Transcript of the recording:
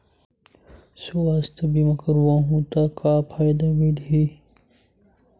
सुवास्थ बीमा करवाहू त का फ़ायदा मिलही?